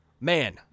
man